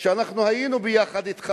שהיינו בה אתך,